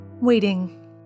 Waiting